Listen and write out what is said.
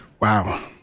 Wow